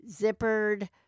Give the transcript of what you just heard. zippered